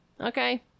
okay